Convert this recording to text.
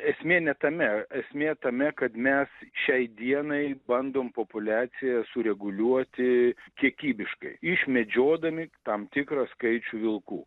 esmė ne tame esmė tame kad mes šiai dienai bandom populiaciją sureguliuoti kiekybiškai išmedžiodami tam tikrą skaičių vilkų